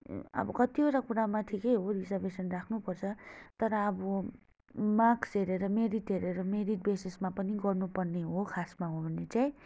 अब कतिवटा कुरामा ठिकै हो रिजर्भेसन राख्नुपर्छ तर अब मार्क्स हेरेर मेरिट हेरेर मेरिट बेसिसमा पनि गर्नुपर्ने हो खासमा हो भने चाहिँ